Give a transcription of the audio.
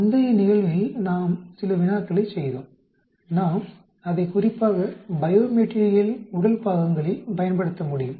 முந்தைய நிகழ்வில் நாங்கள் சில வினாக்களைச் செய்தோம் நாம் அதை குறிப்பாக பையோமெட்டீரியல் உடல் பாகங்களில் பயன்படுத்த முடியும்